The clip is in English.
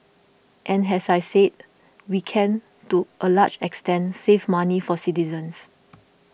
and as I said we can to a large extent save money for citizens